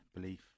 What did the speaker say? belief